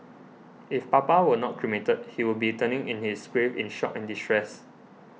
if Papa were not cremated he would be turning in his grave in shock and distress